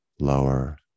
lower